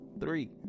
three